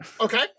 Okay